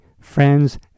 friends